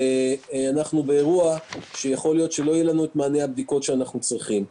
ואנחנו באירוע שיכול להיות שבו לא יהיה לנו מענה הבדיקות שאנחנו צריכים.